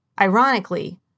Ironically